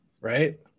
right